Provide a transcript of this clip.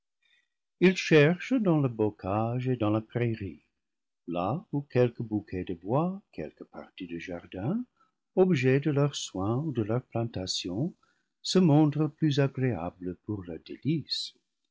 il cherche dans le bocage et dans la prairie là où quelque bouquet de bois quelque partie de jardin objet de leur soin ou de leur plantation se montrent plus agréable pour leurs délices